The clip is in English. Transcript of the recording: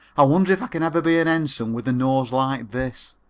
i wonder if i can ever be an ensign with a nose like this?